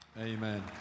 Amen